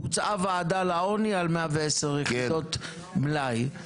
בוצעה ועדה לעוני על 110 יחידות מלאי.